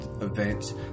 events